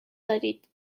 دارید